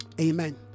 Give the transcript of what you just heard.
Amen